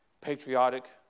patriotic